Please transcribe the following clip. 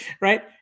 right